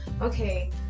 okay